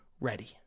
ready